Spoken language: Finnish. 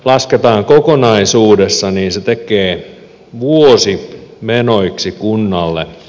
lasketaan kokonaisuudessaan niin se tekee vuosi menoiksi kunnalle